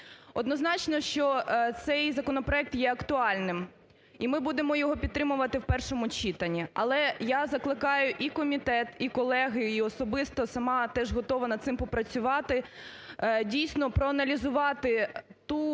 Однозначно, що цей законопроект є актуальним, і ми будемо його підтримувати в першому читанні. Але я закликаю і комітет, і колег, і особисто сама теж готова над цим попрацювати, дійсно, проаналізувати ту